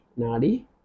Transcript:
Nadi